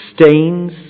stains